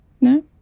no